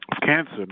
cancer